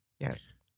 Yes